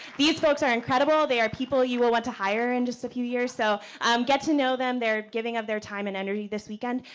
these folks are incredible, they are people you will want to hire in just a few years. so um get to know them, they're giving of their time and energy this weekend.